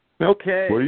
Okay